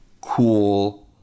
cool